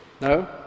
No